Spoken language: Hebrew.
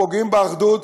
פוגעים באחדות,